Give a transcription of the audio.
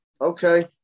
okay